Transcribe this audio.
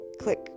click